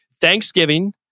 Thanksgiving